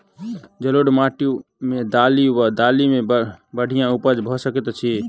जलोढ़ माटि मे दालि वा दालि केँ बढ़िया उपज भऽ सकैत अछि की?